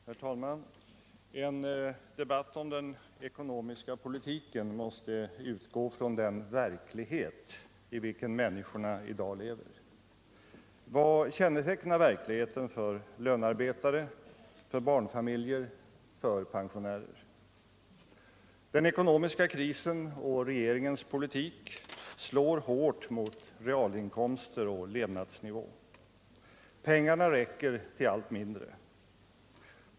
Herr talman! En debatt om den ekonomiska politiken måste utgå från den verklighet i vilken människorna i dag lever. Vad kännetecknar verkligheten för lönarbetare, för barnfamiljer och för pensionärer? Den ekonomiska krisen och regeringens politik slår hårt mot realinkomster och levnadsnivå. Pengarna räcker till allt mindre.